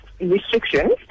restrictions